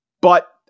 but-